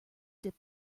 dip